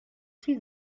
see